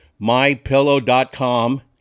mypillow.com